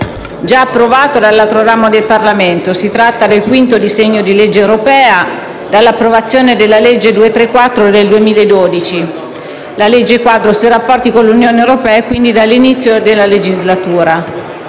già approvato dall'altro ramo del Parlamento. Si tratta del quinto disegno di legge europea dall'approvazione della legge n. 234 del 2012 (la legge quadro sui rapporti con l'Unione europea) e quindi dall'inizio della legislatura.